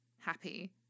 happy